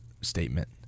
statement